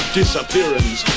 disappearance